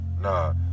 Nah